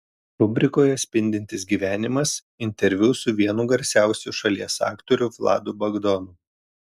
rubrikoje spindintis gyvenimas interviu su vienu garsiausių šalies aktorių vladu bagdonu